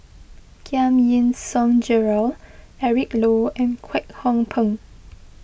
Giam Yean Song Gerald Eric Low and Kwek Hong Png